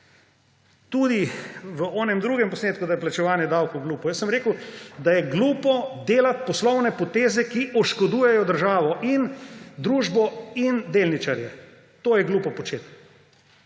tudi v onem drugem posnetku, da je plačevanje davkov glupo. Jaz sem rekel, da je glupo delati poslovne poteze, ki oškodujejo državo in družbo in delničarje. To je glupo početi.